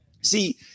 See